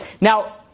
Now